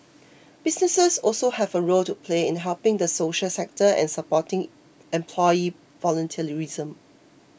businesses also have a role to play in helping the social sector and supporting employee volunteerism